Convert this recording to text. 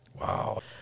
Wow